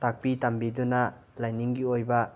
ꯇꯥꯛꯄꯤ ꯇꯝꯕꯤꯗꯨꯅ ꯂꯥꯏꯅꯤꯡꯒꯤ ꯑꯣꯏꯕ